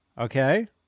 Okay